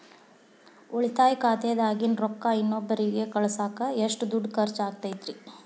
ಉಳಿತಾಯ ಖಾತೆದಾಗಿನ ರೊಕ್ಕ ಇನ್ನೊಬ್ಬರಿಗ ಕಳಸಾಕ್ ಎಷ್ಟ ದುಡ್ಡು ಖರ್ಚ ಆಗ್ತೈತ್ರಿ?